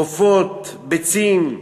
עופות, ביצים,